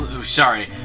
Sorry